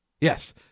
Yes